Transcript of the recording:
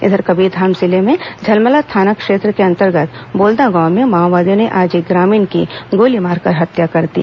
इधर कबीरधाम जिले के झलमला थाना क्षेत्र के अंतर्गत बोल्दा गांव में माओवादियों ने आज एक ग्रामीण की गोली मारकर हत्या कर दी